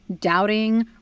doubting